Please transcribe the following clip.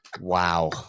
Wow